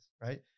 right